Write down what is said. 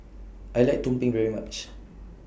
I like Tumpeng very much